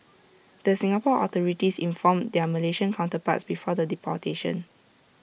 the Singapore authorities informed their Malaysian counterparts before the deportation